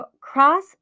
Cross